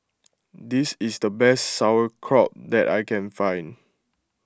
this is the best Sauerkraut that I can find